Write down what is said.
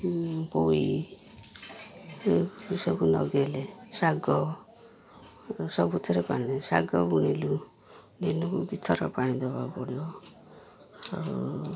ପୋଇ ସବୁ ଲଗେଇଲେ ଶାଗ ସବୁଥିରେ ପାଣି ଶାଗ ବୁଣିଲୁ ଦିନକୁ ଦୁଇଥର ପାଣି ଦେବାକୁ ପଡ଼ିବ ଆଉ